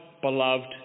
beloved